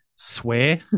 swear